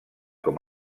com